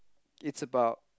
it's about